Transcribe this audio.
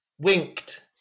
Winked